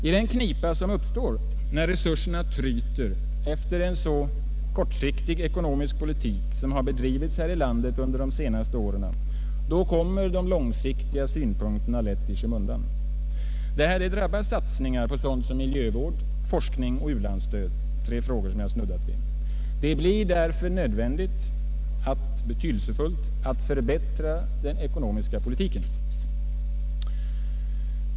I den knipa som uppstår när resurserna tryter efter en så kortsiktig ekonomisk politik som bedrivits här i landet under de senaste åren kommer de långsiktiga synpunkterna lätt i skymundan. Detta drabbar satsningar på sådant som miljövård, forskning och u-landsstöd — tre frågor som jag har snuddat vid. Det blir därför betydelsefullt att förbättra den ekonomiska politiken.